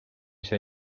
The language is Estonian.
see